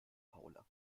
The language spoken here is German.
paula